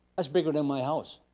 that's bigger than my house.